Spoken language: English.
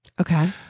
Okay